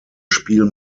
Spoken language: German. spiel